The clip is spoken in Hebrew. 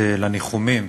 לניחומים,